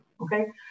okay